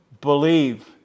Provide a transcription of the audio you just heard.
Believe